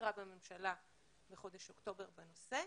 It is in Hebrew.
שאושרה בממשלה בחודש אוקטובר בנושא.